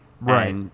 Right